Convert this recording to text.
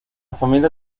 familia